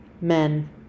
men